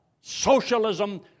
socialism